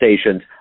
stations